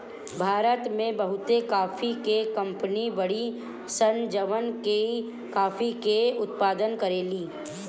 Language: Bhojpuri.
भारत में बहुते काफी के कंपनी बाड़ी सन जवन की काफी के उत्पादन करेली